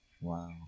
Wow